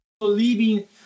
living